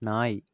நாய்